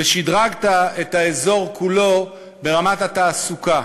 ושדרגת את האזור כולו ברמת התעסוקה.